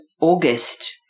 August